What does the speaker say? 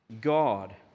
god